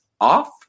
off